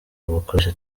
babakoresha